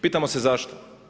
Pitamo se zašto?